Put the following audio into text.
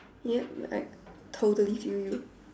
yup I totally feel you